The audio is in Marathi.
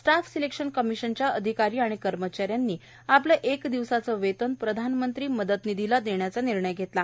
स्टाफ सिलेक्शन कमिशनच्या अधिकारी आणि कर्मचाऱ्यांनी आपलं एक दिवसाचं वेतन प्रधानमंत्री मदत निधीला देण्याचा निर्णय घेतला आहे